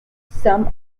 some